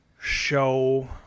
show